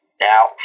Now